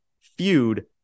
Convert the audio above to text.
feud